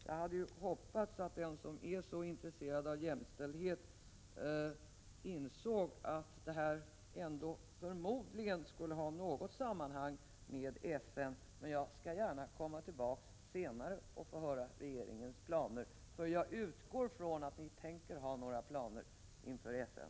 Jag hade hoppats att den som är så intresserad av jämställdhet skulle ha insett att det här ändå förmodligen skulle ha något samband med FN, men jag skall gärna återkomma senare för att få höra regeringens planer. Jag utgår från att regeringen tänker ha några planer för FN.